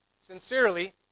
Sincerely